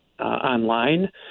Online